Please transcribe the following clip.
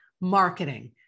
marketing